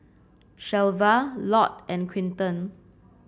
Shelva Lott and Quinton